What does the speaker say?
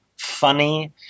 funny